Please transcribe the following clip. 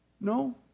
No